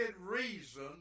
reason